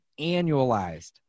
annualized